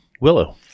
Willow